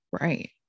right